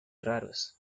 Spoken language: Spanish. raros